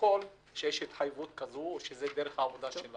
לפרוטוקול שיש התחייבות כזאת ושזאת דרך העבודה.